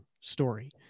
story